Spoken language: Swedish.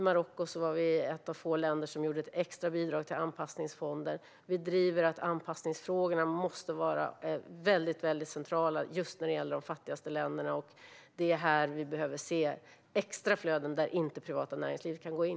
I Marocko var vi ett av få länder som gjorde ett extra bidrag till Anpassningsfonden. Vi driver att anpassningsfrågorna måste vara väldigt centrala när det gäller de fattigaste länderna. Vi behöver se extra flöden där det privata näringslivet inte kan gå in.